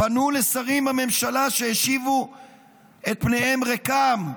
פנו לשרים בממשלה, והם השיבו את פניהם ריקם.